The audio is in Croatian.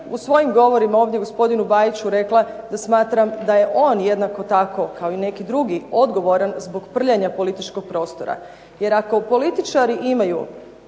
u svojim govorima ovdje gospodinu Bajiću rekla da smatram da je on, jednako tako kao i neki drugi, odgovoran zbog prljanja političkog prostora. Jer ako političari imaju